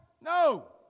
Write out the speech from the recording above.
No